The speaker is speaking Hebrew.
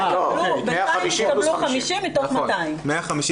150 פלוס 50. 150 מיליון,